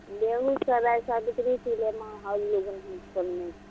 बेगुसराय जहाँ हम खोलने छी